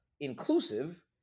inclusive